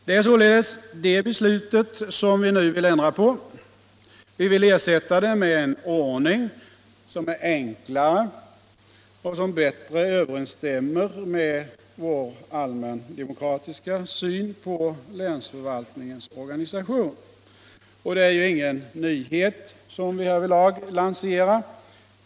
Det är således det beslutet som vi nu vill ändra på. Vi vill ersätta det med en ordning som är enklare och som bättre överensstämmer med vår allmändemokratiska syn på länsförvaltningens organisation. Det är ju ingen nyhet som vi därvidlag lanserar.